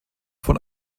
von